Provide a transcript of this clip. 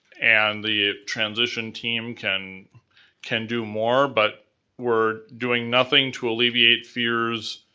and the transition team can can do more, but we're doing nothing to alleviate fears.